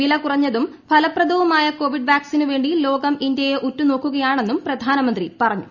വില കുറഞ്ഞതും ഫലപ്രദവുമായ കോവിഡ് വാക്സിനു വേണ്ടി ലോകം ഇന്ത്യയെ ഉറ്റു നോക്കുകയാണെന്നും പ്രധാനമന്ത്രി പറഞ്ഞു